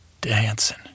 dancing